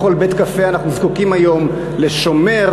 בכל בית-קפה אנחנו זקוקים היום לשומר,